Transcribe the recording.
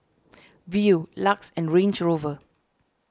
Viu Lux and Range Rover